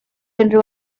unrhyw